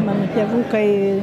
mano tėvukai